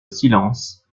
silence